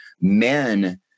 men